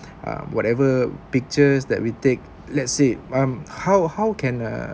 um whatever pictures that we take let's say um how how can uh